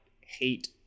hate